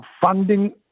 Funding